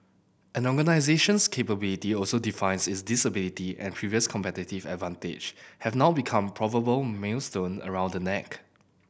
an organisation's capability also define its disability and previous competitive advantage have now become proverbial millstone around the neck